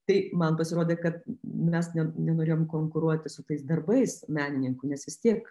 tai man pasirodė kad mes ne nenorėjom konkuruoti su tais darbais menininkų nes vis tiek